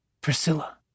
Priscilla